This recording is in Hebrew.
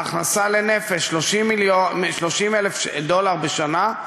ההכנסה לנפש 30,000 דולר בשנה,